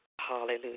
Hallelujah